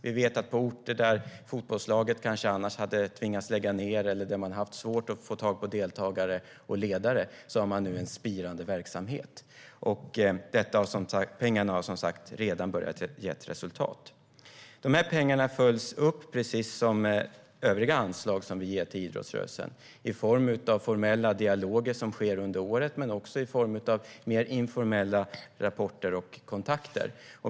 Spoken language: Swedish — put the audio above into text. Vi vet att på orter där fotbollslaget kanske annars hade tvingats lägga ned eller där man har haft svårt att få tag på deltagare och ledare har man nu en spirande verksamhet. Pengarna har som sagt redan börjat ge resultat. Dessa pengar följs upp precis som övriga anslag som vi ger till idrottsrörelsen i form av formella dialoger som sker under året men också i form av mer informella rapporter och kontakter.